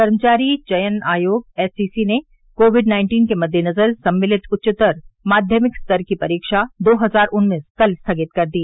कर्मचारी चयन आयोग एससीसी ने कोविड नाइन्टीन के मद्देनजर सम्मिलित उच्चतर माध्यमिक स्तर की परीक्षा दो हजार उन्नीस कल स्थगित कर दी